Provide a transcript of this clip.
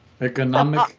Economic